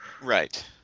Right